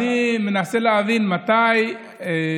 אני מנסה להבין מה השיא,